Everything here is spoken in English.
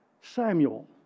Samuel